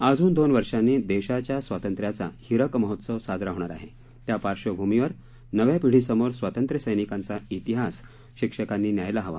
अजून दोन वर्षांनी देशाच्या स्वातंत्र्याचा हीरक महोत्सव साजरा होणार आहे त्या पार्श्वभूमीवर नव्या पिढीसमोर स्वातंत्र्यसैनिकांचा प्रिहास शिक्षकांनी न्यायला हवा